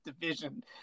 division